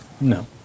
No